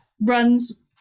runs